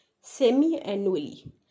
semi-annually